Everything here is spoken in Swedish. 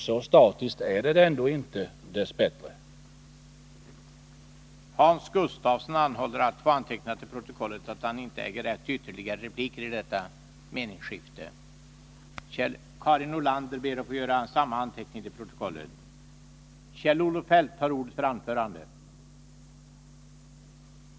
Så statiskt är läget ändå inte, dess bättre.